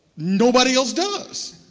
nobody else does.